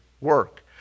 work